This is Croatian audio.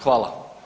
Hvala.